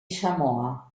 samoa